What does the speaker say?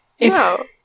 No